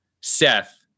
Seth